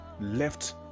left